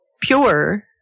pure